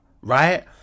right